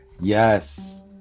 Yes